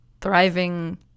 thriving